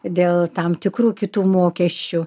dėl tam tikrų kitų mokesčių